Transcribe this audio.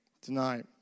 tonight